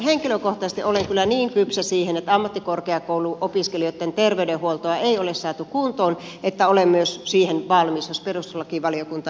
henkilökohtaisesti olen kyllä niin kypsä siihen että ammattikorkeakouluopiskelijoitten terveydenhuoltoa ei ole saatu kuntoon että olen myös siihen valmis jos perustuslakivaliokunta niin päättää